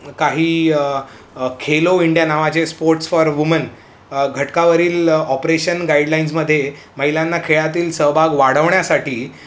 काही खेलो इंडिया नावाचे sports for woman घटकावरील ऑपरेशन गाईडलाइन्समध्ये महिलांना खेळातील सहभाग वाढवण्यासाठी